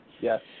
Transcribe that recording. Yes